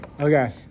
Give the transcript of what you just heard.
Okay